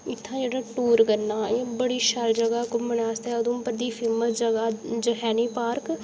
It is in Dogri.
इत्थै जेह्ड़ी टूर करना एह् बड़ी शैल जगहा घुम्मना आस्तै उधमपुर दी फेमस जगहा जखैनी पार्क